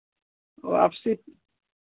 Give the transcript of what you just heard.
तो वापसी